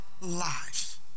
life